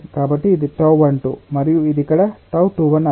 కాబట్టి ఇది τ12 మరియు ఇది ఇక్కడ τ21 అదే